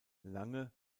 lange